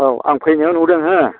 औ आं फैनायाव नुदों हो